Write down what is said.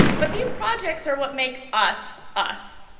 but these projects are what make us, us.